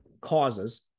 causes